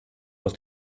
aus